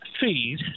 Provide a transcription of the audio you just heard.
feed